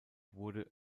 wurde